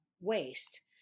waste